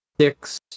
six